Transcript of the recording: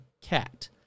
cat